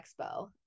Expo